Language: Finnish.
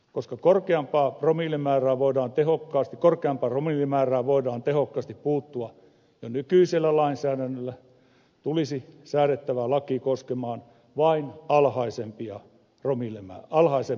koska korkeampaan promillemäärään voidaan tehokkaasti puuttua jo nykyisellä lainsäädännöllä tulisi säädettävä laki koskemaan vain alhaisempaa promillemäärää